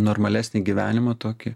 normalesnį gyvenimą tokį